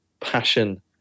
passion